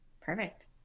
Perfect